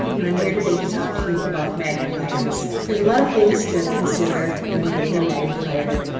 and i'm here today to talk to you about magnifiers. there's a lot of things to consider when getting a magnifier,